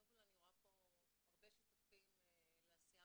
קודם כל אני רואה פה הרבה שותפים לעשייה